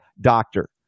doctor